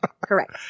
Correct